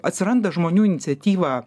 atsiranda žmonių iniciatyva